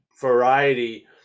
variety